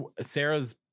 sarah's